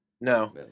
No